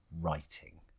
writing